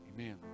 Amen